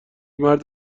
مرد